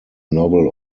novel